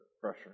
pressure